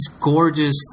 gorgeous